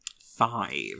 Five